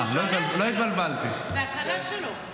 זו הכלה שלו.